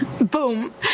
boom